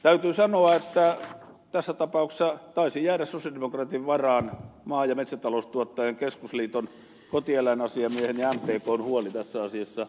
täytyy sanoa että tässä tapauksessa taisi jäädä sosialidemokraattien varaan maa ja metsätaloustuottajien keskusliiton kotieläinasiamiehen ja mtkn huoli tässä asiassa